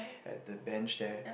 at the bench there